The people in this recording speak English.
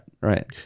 Right